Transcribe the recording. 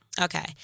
Okay